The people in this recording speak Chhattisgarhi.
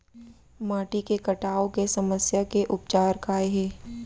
माटी के कटाव के समस्या के उपचार काय हे?